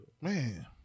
Man